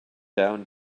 down